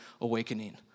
Awakening